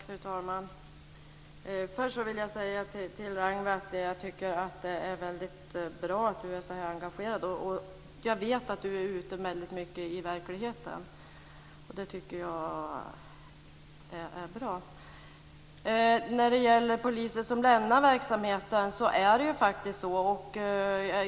Fru talman! Först vill jag säga till Ragnwi att jag tycker att det är väldigt bra att hon är så engagerad. Jag vet att hon är ute mycket i verkligheten, och även det är bra. Det är faktiskt så att poliser lämnar verksamheten.